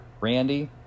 Randy